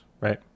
right